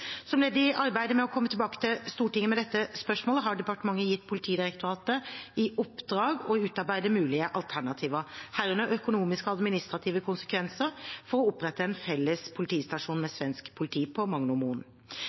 Som ledd i arbeidet med å komme tilbake til Stortinget med dette spørsmålet har departementet gitt Politidirektoratet i oppdrag å utarbeide mulige alternativer, herunder økonomiske og administrative konsekvenser for å opprette en felles politistasjon med svensk politi på